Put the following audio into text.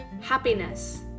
happiness